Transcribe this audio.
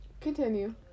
Continue